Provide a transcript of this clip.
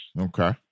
okay